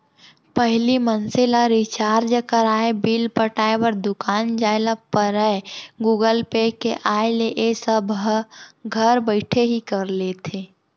पहिली मनसे ल रिचार्ज कराय, बिल पटाय बर दुकान जाय ल परयए गुगल पे के आय ले ए सब ह घर बइठे ही कर लेथे